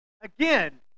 Again